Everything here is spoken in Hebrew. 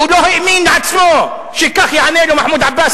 הוא לא האמין בעצמו שכך יענה לו מחמוד עבאס,